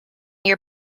your